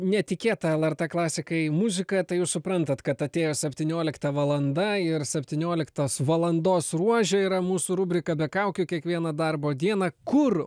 netikėta el er t klasikai muzika tai jūs suprantat kad atėjo septyniolikta valanda ir septynioliktos valandos ruože yra mūsų rubrika be kaukių kiekvieną darbo dieną kur